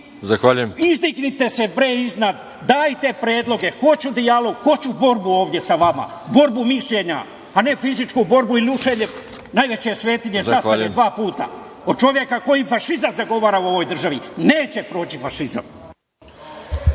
vi? Izdignite se bre iznad, dajte predloge. Hoću dijalog. Hoću borbu ovde sa vama. Borbu mišljenja, a ne fizičku borbu i rušenje najveće svetinje, zastave, dva puta, od čoveka koji fašizam ovde zagovara u ovoj državi. Neće proći fašizam.